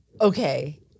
Okay